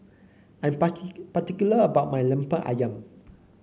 I'm particular about my lemper ayam